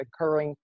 occurring